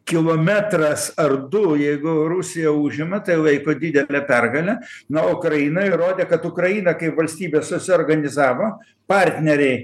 kilometras ar du jeigu rusija užima tai laiko didele pergale na ukraina įrodė kad ukraina kaip valstybė susiorganizavo partneriai